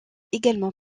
également